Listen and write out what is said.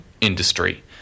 industry